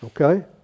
Okay